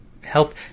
help